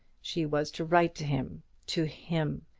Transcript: she was to write to him to him!